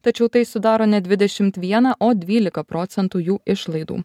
tačiau tai sudaro ne dvidešimt vieną o dvylika procentų jų išlaidų